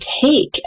take